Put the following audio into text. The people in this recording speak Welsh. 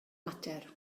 mater